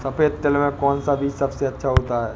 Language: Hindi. सफेद तिल में कौन सा बीज सबसे अच्छा होता है?